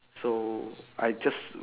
so I just